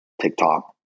TikTok